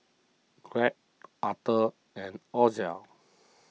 Craig Arthur and Ozell